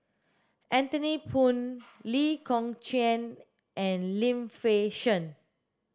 Anthony Poon Lee Kong Chian and Lim Fei Shen